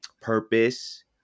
purpose